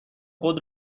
خود